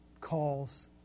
calls